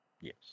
Yes